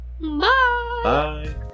Bye